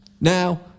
Now